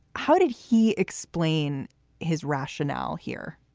how did he explain his rationale here?